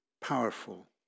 powerful